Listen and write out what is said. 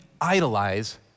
idolize